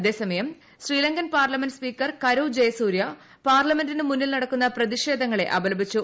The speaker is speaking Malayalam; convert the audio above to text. അതേസമയം ശ്രീലങ്കൻ പാർലമെന്റ് സ്പീക്കർ കരു ജയസൂര്യ പാർലമെന്റിനു മുന്നിൽ നടക്കുന്ന പ്രതിഷേധങ്ങളെ അപലപിച്ചു